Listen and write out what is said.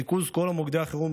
ריכוז כל מוקדי החירום,